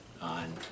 on